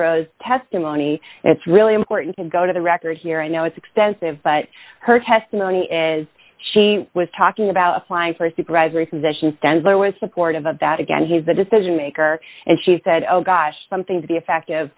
euros testimony it's really important to go to the record here i know it's extensive but her testimony is she was talking about applying for a supervisory position stands or was supportive of that again he's the decision maker and she said oh gosh something to be effective